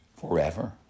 forever